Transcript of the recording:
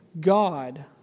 God